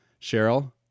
Cheryl